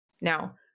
Now